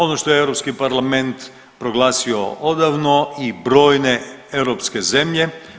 Ono što je Europski parlament proglasio odavno i brojne europske zemlje.